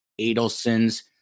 Adelson's